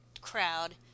crowd